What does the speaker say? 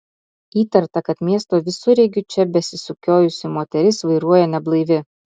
įtarta kad miesto visureigiu čia besisukiojusi moteris vairuoja neblaivi